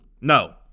No